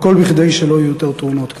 והכול כדי שלא יהיו יותר תאונות כאלה.